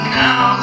now